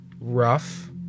rough